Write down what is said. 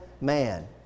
man